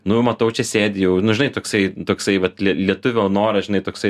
nu matau čia sėdi jau nu žinai toksai toksai vat lietuvio noras žinai toksai